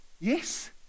yes